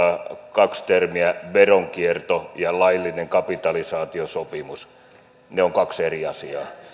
kaksi termiä veronkierto ja laillinen kapitalisaatiosopimus ne ovat kaksi eri asiaa